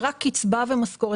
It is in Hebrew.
זאת רק קצבה ומשכורת,